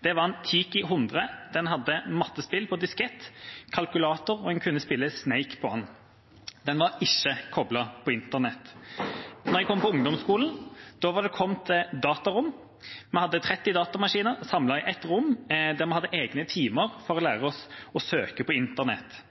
Det var en Tiki 100. Den hadde mattespill på diskett, kalkulator, og man kunne spille «Snake» på den. Den var ikke koblet på internett. Da jeg kom på ungdomsskolen, var det kommet datarom. Vi hadde 30 datamaskiner samlet i ett rom, der vi hadde egne timer for å lære oss å søke på internett.